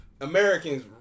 Americans